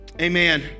Amen